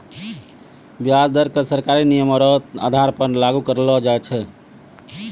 व्याज दर क सरकारी नियमो र आधार पर लागू करलो जाय छै